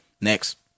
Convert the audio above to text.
next